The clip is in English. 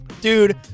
Dude